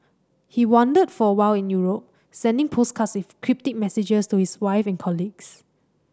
he wandered for a while in Europe sending postcards with cryptic messages to his wife and colleagues